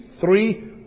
three